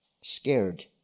scared